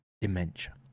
dementia